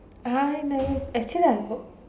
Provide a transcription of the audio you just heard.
I know actually I got